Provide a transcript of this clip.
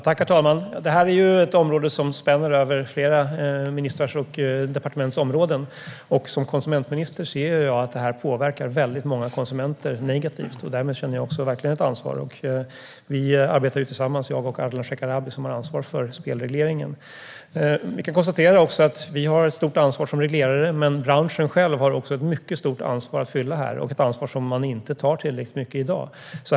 Herr talman! Det här är ett område som spänner över flera ministrars och departements områden. Som konsumentminister ser jag att det här påverkar många konsumenter negativt. Därmed känner jag verkligen ett ansvar. Ardalan Shekarabi, som ansvarar för spelregleringen, och jag arbetar tillsammans. Jag konstaterar också att vi har ett stort ansvar som reglerare, men branschen har ett mycket stort ansvar att ta. Det är ett ansvar som man inte tar tillräckligt mycket i dag.